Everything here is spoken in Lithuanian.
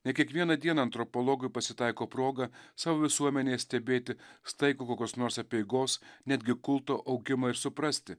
ne kiekvieną dieną antropologui pasitaiko proga savo visuomenėje stebėti staigų kokios nors apeigos netgi kulto augimą ir suprasti